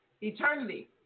Eternity